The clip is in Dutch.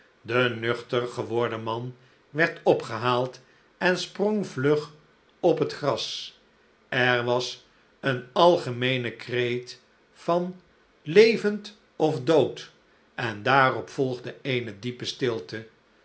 de nuchter geworden man werd opgehaald en sprong vlug op het gras er was een algemeene kreet van levend of dood en daarop volgde eene diepe stilte